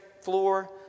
floor